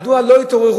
מדוע לא התעוררו,